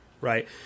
right